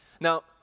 Now